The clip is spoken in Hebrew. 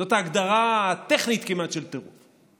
זאת ההגדרה הטכנית כמעט של הטירוף.